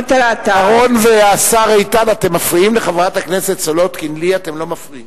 מטרתה, אורון והשר איתן, אתם מפריעים